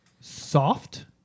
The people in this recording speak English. soft